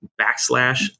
backslash